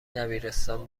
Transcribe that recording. دبیرستان